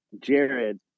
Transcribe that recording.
Jared